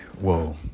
Whoa